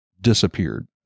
disappeared